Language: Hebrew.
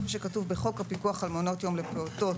איפה שכתוב: בחוק הפיקוח על מעונות יום לפעוטות,